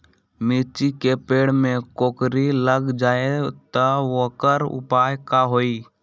मिर्ची के पेड़ में कोकरी लग जाये त वोकर उपाय का होई?